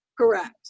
Correct